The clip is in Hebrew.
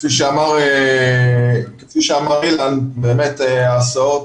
כפי שאמר אילן לגבי ההסעות,